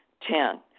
Ten